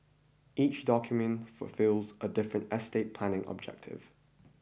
each document fulfils a different estate planning objective